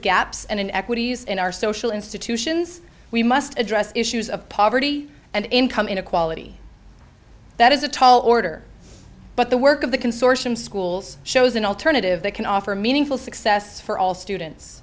and in equities in our social institutions we must address issues of poverty and income inequality that is a tall order but the work of the consortium schools shows an alternative that can offer a meaningful success for all students